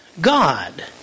God